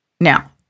Now